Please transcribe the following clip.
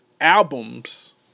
albums